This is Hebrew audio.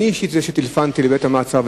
טלפנתי לבית-המעצר,